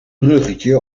bruggetje